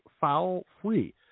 foul-free